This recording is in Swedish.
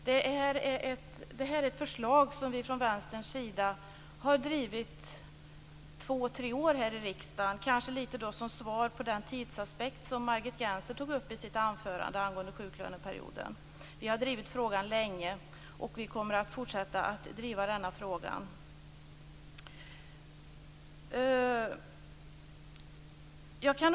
Detta är ett förslag som vi från Vänstern har drivit i två tre år här i riksdagen, och detta säger jag som svar när det gäller den tidsaspekt som Margit Gennser tog upp i sitt anförande angående sjuklöneperioden. Vi har drivit frågan länge, och vi kommer att fortsätta att göra det.